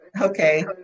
Okay